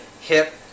hip